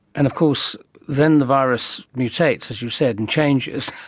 and of course then the virus mutates, as you said, and changes,